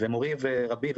מורי ורבי,